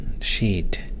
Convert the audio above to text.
sheet